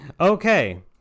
Okay